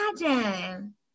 imagine